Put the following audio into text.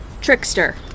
Trickster